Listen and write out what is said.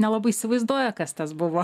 nelabai įsivaizduoja kas tas buvo